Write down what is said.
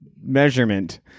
measurement